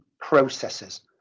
processes